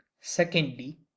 secondly